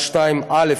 התשס"ב 2002: א.